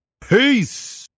Peace